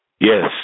Yes